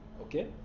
Okay